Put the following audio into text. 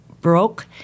broke